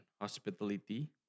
hospitality